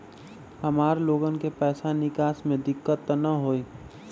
हमार लोगन के पैसा निकास में दिक्कत त न होई?